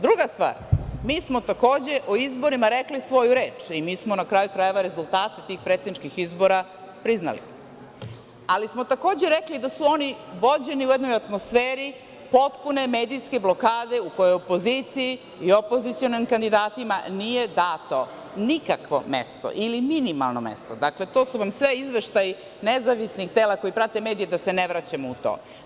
Druga stvar, mi smo takođe u izborima rekli svoju reč i mi smo na kraju krajeva rezultate tih predsedničkih izbora priznali, ali smo takođe rekli da su oni vođeni u jednoj atmosferi potpune medijske blokade u kojoj i opoziciji i opozicionim kandidatima nije dato nikakvo mesto ili minimalno mesto, dakle to su vam sve izveštaji nezavisnih tela koje prate medije, da se ne vraćamo u to.